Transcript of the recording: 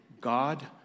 God